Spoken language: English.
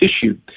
tissue